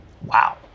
Wow